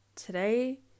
today